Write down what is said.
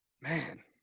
man